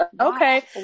Okay